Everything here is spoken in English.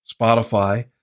Spotify